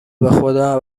بخدا